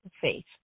faith